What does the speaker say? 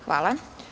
Hvala.